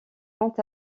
quant